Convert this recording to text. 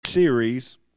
series